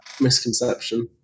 misconception